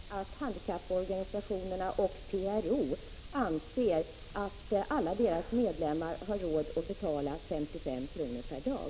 Herr talman! Jag betvivlar, socialministern, att handikapporganisationerna och PRO anser att alla deras medlemmar har råd att betala 55 kr. per dag.